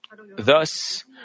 Thus